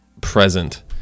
present